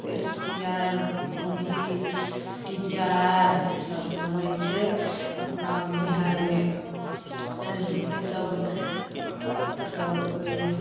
S P आर फौजी teacher आर सब बनै छै अपना बिहारमे पढ़ि लिखिके सभ सभ